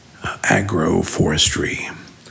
agroforestry